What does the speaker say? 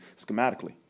schematically